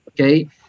Okay